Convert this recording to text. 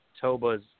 Toba's